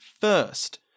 first